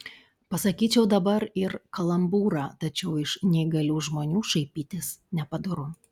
pasakyčiau dabar ir kalambūrą tačiau iš neįgalių žmonių šaipytis nepadoru